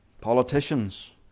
Politicians